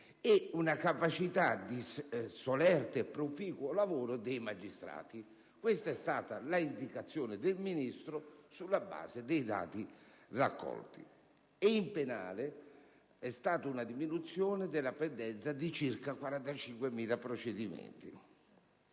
e una capacità di solerte e proficuo lavoro dei magistrati. Questa è stata l'indicazione del Ministro sulla base dei dati raccolti. Nel penale vi è stata una diminuzione della pendenza di circa 45.000 procedimenti.